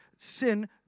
Sin